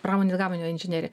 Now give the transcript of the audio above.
pramonės gaminio inžinierija